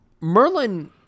Merlin